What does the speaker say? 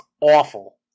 awful